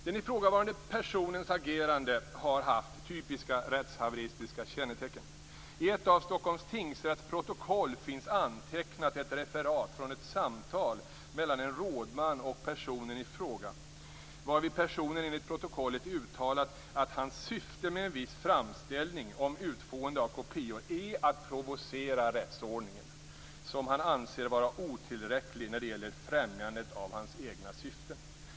Den ifrågavarande personens agerande har haft typiska rättshaveristiska kännetecken. I ett av Stockholms tingsrätts protokoll finns antecknat ett referat från ett samtal mellan en rådman och personen i fråga, varvid personen enligt protokollet uttalat att hans syfte med en viss framställning om utfående av kopior är att provocera rättsordningen som han anser vara otillräcklig när det gäller främjandet av hans egna syften.